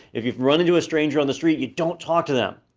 if you run into a stranger on the street, you don't talk to them,